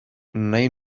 nahi